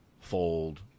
fold